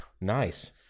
Nice